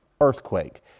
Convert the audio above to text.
earthquake